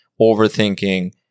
overthinking